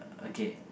okay